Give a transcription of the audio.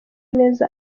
neza